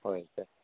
होय का